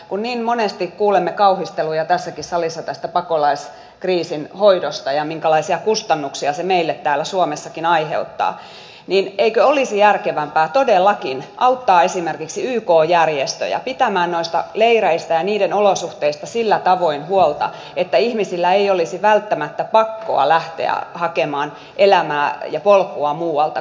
kun niin monesti kuulemme kauhisteluja tässäkin salissa tästä pakolaiskriisin hoidosta ja siitä minkälaisia kustannuksia se meille täällä suomessakin aiheuttaa niin eikö olisi järkevämpää todellakin auttaa esimerkiksi yk järjestöjä pitämään noista leireistä ja niiden olosuhteista sillä tavoin huolta että ihmisillä ei olisi välttämättä pakkoa lähteä hakemaan elämää ja polkua muualta